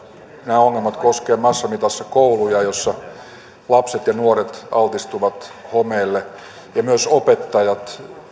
ongelmat koskevat massamitassa kouluja joissa lapset ja nuoret altistuvat homeelle ja myös opettajat